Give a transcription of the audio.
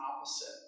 opposite